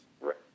Right